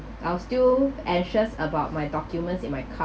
I was still anxious about my documents in my car